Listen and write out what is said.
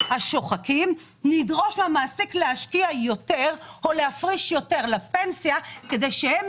שוחקים נדרוש מהמעסיק להשקיע יותר או להפריש יותר לפנסיה כדי שהם